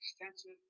extensive